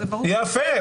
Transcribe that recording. יפה.